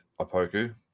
Opoku